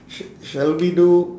sh~ shall we do